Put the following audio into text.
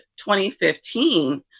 2015